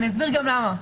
אני אסביר גם למה,